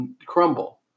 crumble